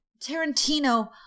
Tarantino-